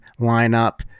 lineup